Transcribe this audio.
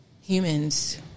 humans